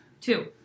Two